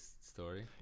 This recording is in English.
story